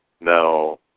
Now